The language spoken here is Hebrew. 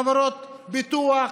לא התאפשר לנו להקים חברות ביטוח,